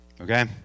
Okay